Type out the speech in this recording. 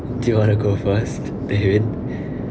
do you wanna go first be~